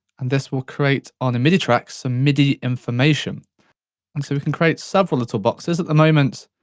and this will create on the midi track, some midi information. and so we can create several little boxes at the moment.